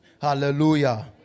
Hallelujah